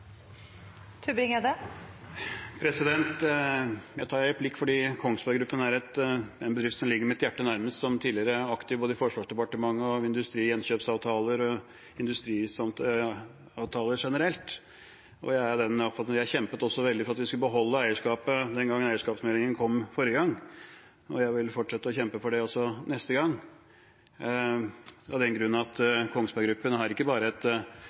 en bedrift som ligger mitt hjerte nær, som tidligere aktiv både i Forsvarsdepartementet og når det gjelder industrigjenkjøpsavtaler og industriavtaler generelt. Jeg kjempet også veldig for at vi skulle beholde eierskapet den gangen eierskapsmeldingen kom forrige gang, og jeg vil fortsette å kjempe for det også neste gang, av den grunn at Kongsberg Gruppen ikke bare har et